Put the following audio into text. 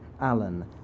Allen